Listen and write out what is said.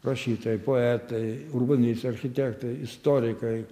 rašytojai poetai urbanistai architektai istorikai